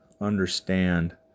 understand